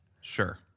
Sure